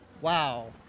Wow